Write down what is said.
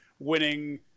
winning